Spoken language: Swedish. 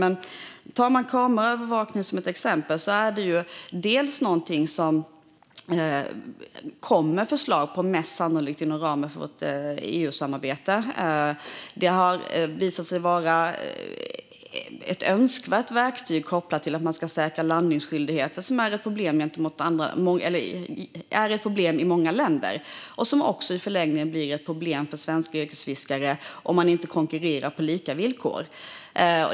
Men exempelvis kameraövervakning är någonting som det kommer förslag om, mest sannolikt inom ramen för vårt EU-samarbete. Det har visat sig vara ett önskvärt verktyg kopplat till att man ska säkra landningsskyldigheten, som är ett problem i många länder och som i förlängningen blir ett problem även för svenska yrkesfiskare om de inte konkurrerar på lika villkor.